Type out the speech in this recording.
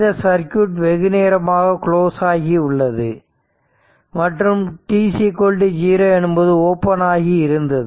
இந்த சர்க்யூட் வெகுநேரமாக க்ளோஸ் ஆகி உள்ளது மற்றும் t0 எனும்போது ஓபன் ஆகி இருந்தது